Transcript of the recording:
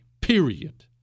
period